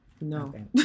No